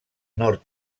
nord